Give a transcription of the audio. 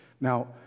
Now